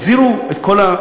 החזירו את כולם.